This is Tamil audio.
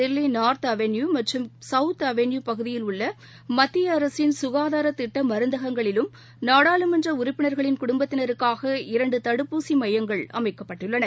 தில்லிநார்த் அவென்யூ மற்றும் சௌத் அவென்யூ பகுதியில் உள்ளமத்தியஅரசின் சுகாதாரத்திட்டமருந்தகங்களிலும் நாடாளுமன்றப்பினர்களின் குடும்பத்தினருக்காக இரண்டுதடுப்பூசிமையங்கள் அமைக்கப்பட்டுள்ளன